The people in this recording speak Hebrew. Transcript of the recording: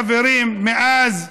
חברים, מאז 67',